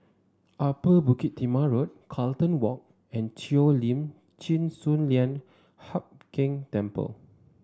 Upper Bukit Timah Road Carlton Walk and Cheo Lim Chin Sun Lian Hup Keng Temple